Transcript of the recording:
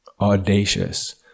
audacious